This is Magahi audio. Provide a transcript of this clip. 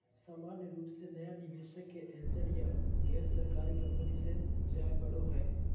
सामान्य रूप से नया निवेशक के एंजल या गैरसरकारी कम्पनी मे जाय पड़ो हय